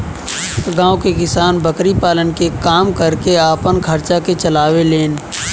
गांव के किसान बकरी पालन के काम करके आपन खर्चा के चलावे लेन